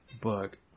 book